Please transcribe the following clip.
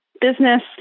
business